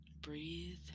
Breathe